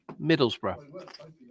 Middlesbrough